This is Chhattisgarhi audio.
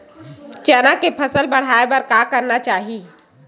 चना के फसल बढ़ाय बर का करना चाही?